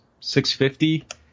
650